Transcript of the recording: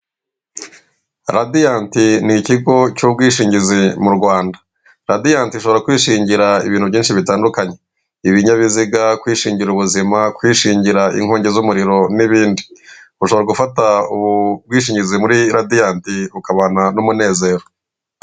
Radiyanti ni ikigo cy'ubwishingizi mu Rwanda. Radiyanti ishobora kwishingira ibintu byinshi bitandukanye ibinyabiziga, kwishingira ubuzima, kwishingira inkongi z'umuriro n'ibindi ,ushobora gufata ubu bwishingizi muri Radiyanti ukabana n'umunezero.